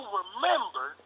remember